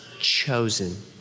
chosen